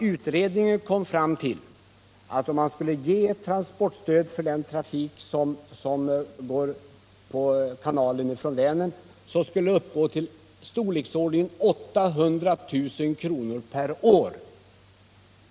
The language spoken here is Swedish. Utredningen kom fram till att om man skulle ge transportstöd för den trafik som går på kanal från Vänern så skulle det uppgå till någonting i storleksordningen 800 000 kr. per år.